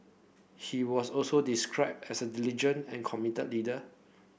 he was also described as diligent and committed leader